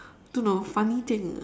don't know funny thing